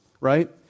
right